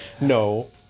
No